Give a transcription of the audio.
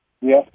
Yes